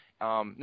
no